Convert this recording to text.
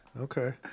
Okay